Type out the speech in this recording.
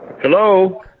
Hello